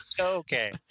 Okay